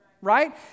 right